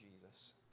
Jesus